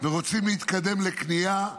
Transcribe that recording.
ורוצים להתקדם לקנייה,